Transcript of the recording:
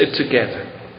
together